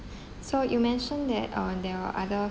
so you mentioned that uh there are other